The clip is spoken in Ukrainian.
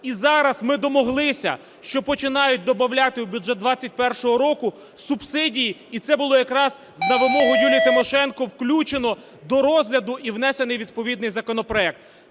І зараз ми домоглися, що починають добавляти в бюджет 21-го року субсидії і це було якраз на вимогу Юлії Тимошенко включено до розгляду і внесений відповідний законопроект.